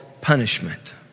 punishment